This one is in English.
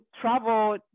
travel